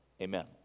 Amen